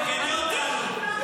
תעדכני אותנו.